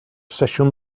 sesiwn